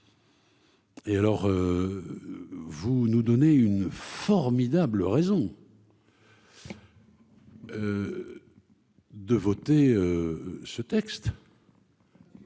Et alors, vous nous donnez une formidable raison. De voter ce texte.